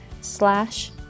slash